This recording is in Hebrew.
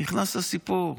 נכנס לסיפור?